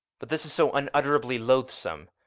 but this is so unutterably loathsome.